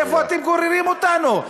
לאיפה אתם גוררים אותנו?